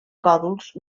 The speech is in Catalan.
còdols